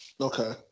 Okay